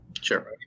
Sure